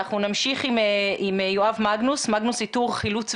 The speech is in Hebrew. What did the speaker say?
נשמח לשמוע באמת מהחוויה